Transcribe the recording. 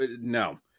No